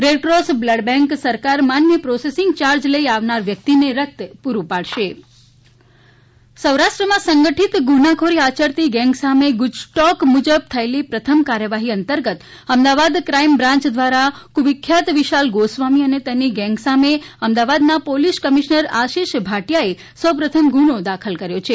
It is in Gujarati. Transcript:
રેડક્રીસ બલ્ડ બેંક સરકાર માન્ય પ્રોસેસીંગ ચાર્જ લઇ આવનાર વ્યકિતને રકત પૂરુ પાડશે ગુજટોક સૌરાષ્ટ્રમાં સંગઠીત ગુન્હાખોરી આચરતી ગેંગ સામે ગુજટોક મુજબ થયેલી પ્રથમ કાર્યવાહી અંતર્ગત અમદાવાદ ક્રાઇમ બ્રાન્ય દ્વારા કુવિખ્યાત વિશાલ ગોસ્વામી અને તેની ગેંગ સામે અમદાવાદના પોલીસ કમિશ્નર આશીષ ભાટીયાએ સૌ પ્રથમ ગુન્હો દાખલ કરવામાં આવ્યો છે